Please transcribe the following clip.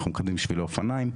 אנחנו מקדמים שבילי אופניים.